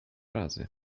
razy